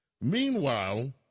Meanwhile